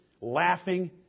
Laughing